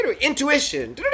Intuition